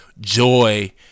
joy